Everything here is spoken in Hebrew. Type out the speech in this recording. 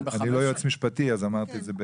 אני לא יועץ משפטי, אז אמרתי את זה ב